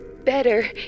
Better